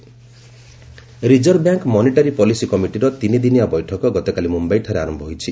MCP meeting reserve bank monetary policy କମିଟିର ତିନିଦିନିଆ ବୈଠକ ଗତକାଲି ମୁମ୍ଭାଇଠାରେ ଆରମ୍ଭ ହୋଇଛି